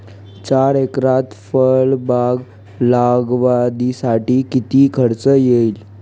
चार एकरात फळबाग लागवडीसाठी किती खर्च येईल?